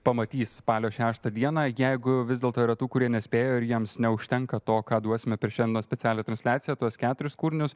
pamatys spalio šeštą dieną jeigu vis dėlto yra tų kurie nespėjo ir jiems neužtenka to ką duosime per šiandienos specialią transliaciją tuos keturis kūrinius